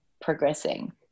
progressing